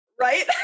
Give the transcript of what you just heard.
Right